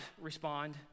respond